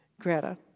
Greta